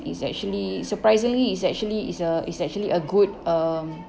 it's actually surprisingly it's actually it's uh it's actually a good um